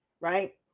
right